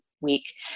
week